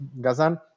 Gazan